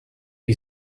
you